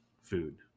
food